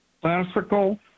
classical